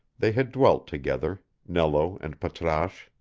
they had dwelt together, nello and patrasche,